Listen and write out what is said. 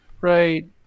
right